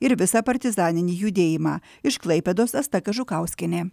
ir visą partizaninį judėjimą iš klaipėdos asta kažukauskienė